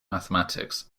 mathematics